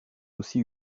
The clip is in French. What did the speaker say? aussi